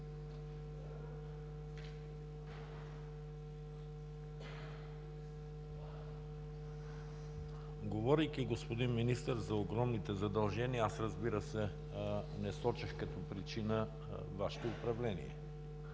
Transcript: Говорейки, господин Министър, за огромните задължения, разбира се, аз не сочех като причина Вашето управление,